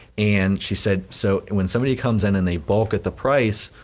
and she said, so when somebody comes in and they bulk at the price,